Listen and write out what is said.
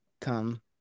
come